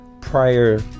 prior